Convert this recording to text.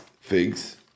figs